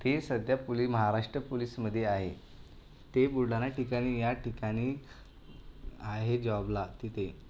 ते सध्या पुली महाराष्ट्र पुलीसमध्ये आहे ते बुलढाणा ठिकाणी या ठिकाणी आहे जॉबला तिथे